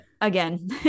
again